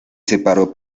separó